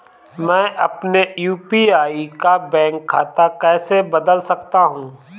मैं अपने यू.पी.आई का बैंक खाता कैसे बदल सकता हूँ?